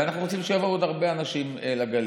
ואנחנו רוצים שיבואו עוד הרבה אנשים לגליל.